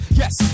yes